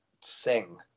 sing